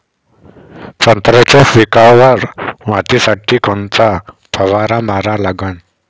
संत्र्याच्या पिकावर मायतीसाठी कोनचा फवारा मारा लागन?